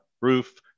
roof